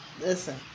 listen